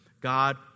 God